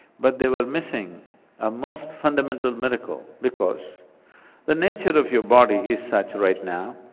but they were missing a most fundamental miracle because the nature of your body is such right now,